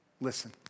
Listen